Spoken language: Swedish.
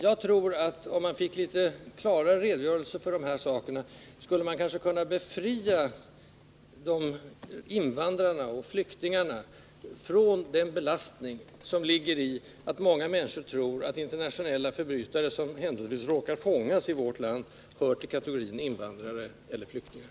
Jag tror alltså att man, om man fick något klarare uppgifter på dessa punkter, kanske skulle kunna befria invandrarna och flyktingarna från den belastning som ligger i att många människor tror att internationella förbrytare, som händelsevis råkar fångas i vårt land, hör till kategorin invandrare eller flyktingar.